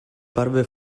parve